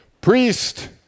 Priest